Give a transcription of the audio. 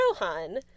Rohan